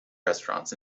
restaurants